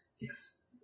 Yes